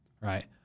Right